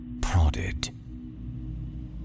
Prodded